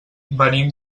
venim